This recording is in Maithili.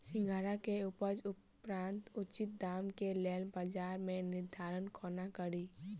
सिंघाड़ा केँ उपजक उपरांत उचित दाम केँ लेल बजार केँ निर्धारण कोना कड़ी?